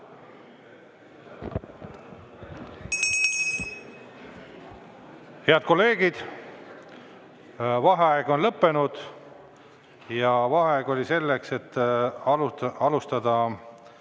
Head kolleegid, vaheaeg on lõppenud. Vaheaeg oli selleks, et alustada